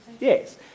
Yes